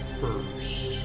first